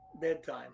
bedtime